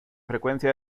frecuencia